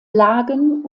lagen